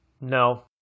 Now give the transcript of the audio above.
no